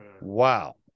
Wow